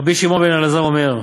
רבי שמעון בן אלעזר אומר,